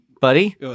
buddy